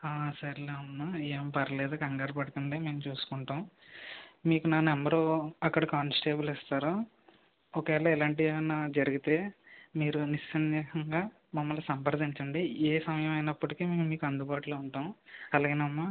ఆ సర్లే అవునా ఏం పర్వాలేదు కంగారు పడకండి మేము చూసుకుంటాము మీకు నా నంబరు అక్కడ కానిస్టేబుల్ ఇస్తారు ఒకవేళ ఇలాంటివి ఏమైనా జరిగితే మీరు నిస్సందేశంగా మమ్మల్ని సంప్రదించండి ఏ సమయం అయినప్పటికీ మేము మీకు అందుబాటులో ఉంటాం అలాగేనా అమ్మా